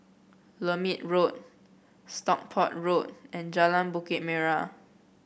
Lermit Road Stockport Road and Jalan Bukit Merah